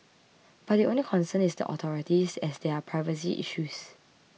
but the only concern is the authorities as there are privacy issues